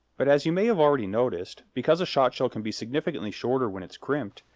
but as you may have already noticed, because a shotshell can be significantly shorter when it's crimped,